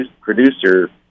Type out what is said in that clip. producer